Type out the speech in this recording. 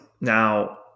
now